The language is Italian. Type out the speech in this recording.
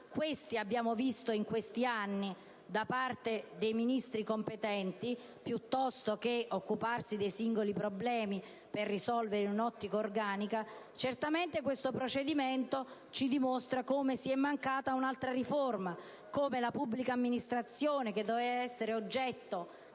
questo abbiamo visto fare in questi anni dai Ministri competenti, piuttosto che occuparsi dei singoli problemi per risolverli in un'ottica organica), questo procedimento dimostra certamente come si è mancata un'altra riforma, come la pubblica amministrazione che doveva essere oggetto